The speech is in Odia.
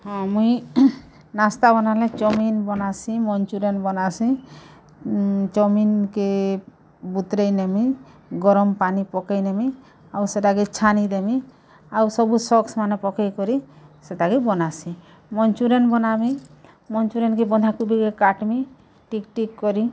ହଁ ମୁଇଁ ନାସ୍ତା ବନାଲି ଚଉମିନ୍ ବାନାସିଁ ମଞ୍ଚୁରିଆନ୍ ବନାସିଁ ଚଉମିନ୍ କେ ବତୁରେଇ ନେମି ଗରମ୍ ପାନି ପକେଇନେମି ଆଉ ସେଟାକେ ଛାନିଦେମି ଆଉ ସବୁ ସକ୍ସମାନେ ପକେଇକରି ସେଟାକେ ବନାସିଁ ମଞ୍ଚୁରିଆନ୍ ବନାମି ମଞ୍ଚୁରିଆନ୍ କେ ବନ୍ଧାକୋବି କାଟ୍ମି ଟିକ୍ ଟିକ୍ କରି